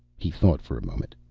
he thought for a moment.